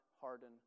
harden